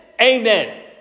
Amen